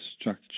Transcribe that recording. structure